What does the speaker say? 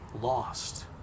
lost